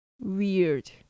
weird